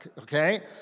Okay